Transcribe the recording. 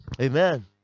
amen